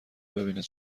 ببیند